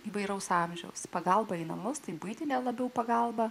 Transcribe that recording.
įvairaus amžiaus pagalba į namus tai buitine labiau pagalba